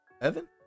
Evan